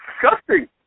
disgusting